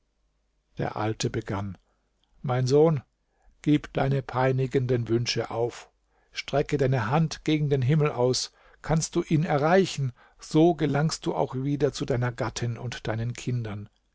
der alte begann mein sohn gib deine peinigenden wünsche auf strecke deine hand gegen den himmel aus kannst du ihn erreichen so gelangst du auch wieder zu deiner gattin und deinen kindern